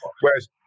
Whereas